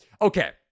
Okay